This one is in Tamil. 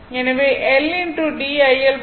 எனவே L d iL dt Vm sin ω t